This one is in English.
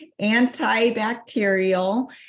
antibacterial